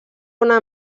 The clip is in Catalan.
una